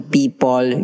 people